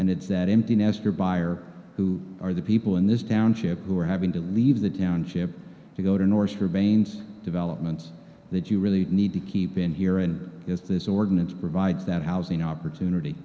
and it's that empty nester buyer who are the people in this township who are having to leave the township to go to norse remains developments that you really need to keep in here and as this ordinance provides that housing opportunity